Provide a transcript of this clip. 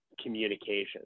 communication